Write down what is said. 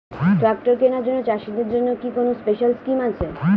Tractor কেনার জন্য চাষিদের জন্য কি কোনো স্পেশাল স্কিম আছে?